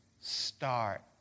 start